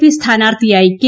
P സ്ഥാനാർത്ഥിയായി K